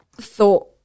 thought